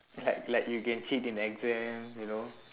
like like you can cheat in exam you know